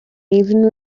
even